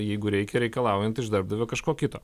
jeigu reikia reikalaujant iš darbdavio kažko kito